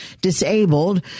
disabled